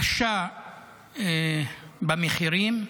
קשה במחירים,